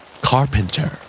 Carpenter